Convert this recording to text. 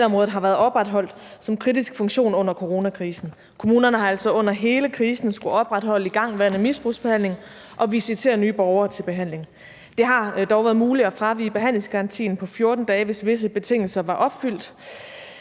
socialområdet har været opretholdt som kritisk funktion under coronakrisen. Kommunerne har altså under hele krisen skullet opretholde igangværende misbrugsbehandling og visitere nye borgere til behandling. Det har dog været muligt at fravige behandlingsgarantien på 14 dage, hvis visse betingelser var opfyldt.